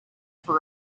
for